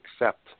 accept